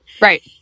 right